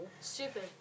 stupid